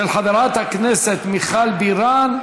של חברת הכנסת מיכל בירן,